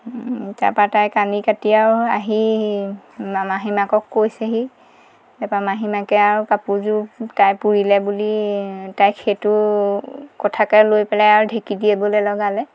তাপা তাই কান্দি কাতি আৰু আহি মাহীমাকক কৈছেহি তাপা মাহীমাকে আৰু কাপোৰযোৰ তাই পুৰিলে বুলি তাইক সেইটো কথাকে লৈ পেলাই আৰু ঢেঁকী দিবলৈ লগালে